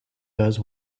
does